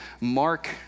Mark